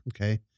Okay